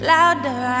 Louder